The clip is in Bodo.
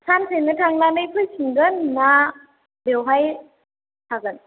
सानसेनो थांनानै फैफिनगोन ना बेवहाय थागोन